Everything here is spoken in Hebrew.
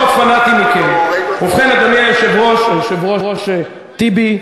ובכן, אדוני היושב-ראש, היושב-ראש טיבי,